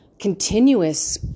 continuous